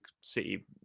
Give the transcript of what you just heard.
City